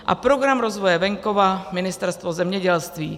a Program rozvoje venkova, Ministerstvo zemědělství.